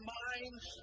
minds